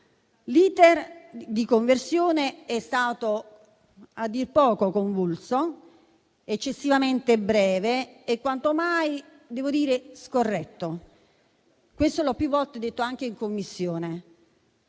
L'*iter* di conversione è stato a dir poco convulso, eccessivamente breve e devo dire quanto mai scorretto: questo l'ho più volte detto anche in Commissione.